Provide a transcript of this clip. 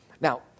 Now